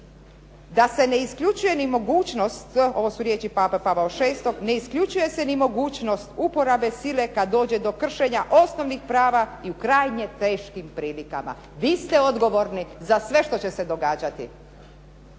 da se ne isključuje ni mogućnost, ovo su riječi papa Pavao VI., ne isključuje se ni mogućnost uporabe sile kad dođe do kršenja osnovnih prava i u krajnje teškim prilikama. Vi ste odgovorni za sve što će se događati.